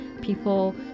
people